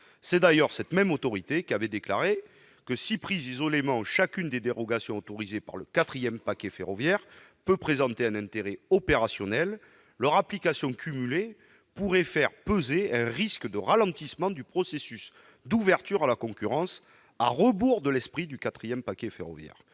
C'est d'ailleurs cette même autorité qui avait déclaré que, si prise isolément, chacune des dérogations autorisées par le quatrième paquet ferroviaire peut présenter un intérêt opérationnel, leur application cumulée pourrait faire peser un risque de ralentissement du processus d'ouverture à la concurrence, à rebours de l'esprit de ce quatrième paquet ferroviaire.